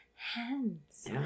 hands